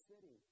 city